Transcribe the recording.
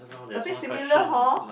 a bit similar hor